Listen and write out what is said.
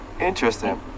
Interesting